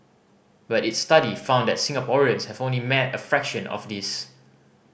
but its study found that Singaporeans have only met a fraction of this